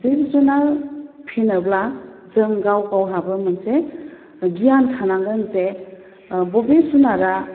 जिब जुनार फिसिनोब्ला जों गाव गावहाबो मोनसे गियान थानांगोन जे बबे जुनारा